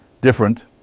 different